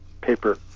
paper